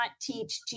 teach